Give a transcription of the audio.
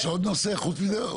יש עוד נושא חוץ מזה?